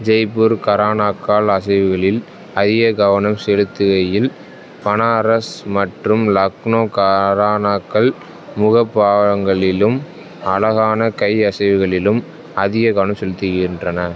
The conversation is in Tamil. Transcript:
ஜெய்ப்பூர் கரானா கால் அசைவுகளில் அதிக கவனம் செலுத்துகையில் பனாரஸ் மற்றும் லக்னோ காரானாக்கள் முகப்பாவங்களிலும் அழகான கை அசைவுகளிலும் அதிக கவனம் செலுத்துகின்றன